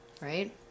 Right